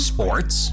Sports